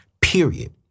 period